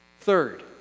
Third